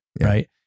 Right